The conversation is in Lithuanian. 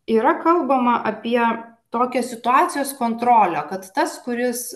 yra kalbama apie tokią situacijos kontrolę kad tas kuris